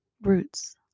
roots